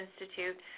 Institute